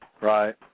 Right